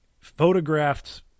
photographed